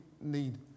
need